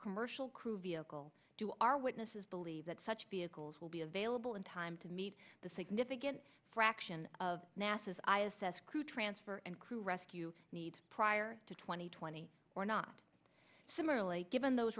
commercial crew vehicle to our witnesses believe that such vehicles will be available in time to meet the significant fraction of nasa as i assess crew transfer and crew rescue needs prior to two thousand and twenty or not similarly given those